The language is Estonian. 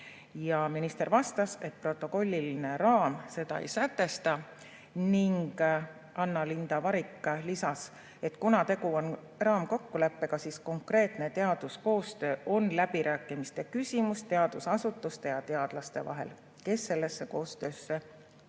Minister vastas, et protokolliline raam seda ei sätesta. Anna Linda Varik lisas, et kuna tegu on raamkokkuleppega, siis konkreetne teaduskoostöö on läbirääkimiste küsimus teadusasutuste ja teadlaste vahel, kes sellesse koostöösse